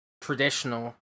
traditional